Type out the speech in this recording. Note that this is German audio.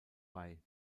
bei